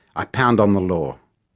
i pound on the law.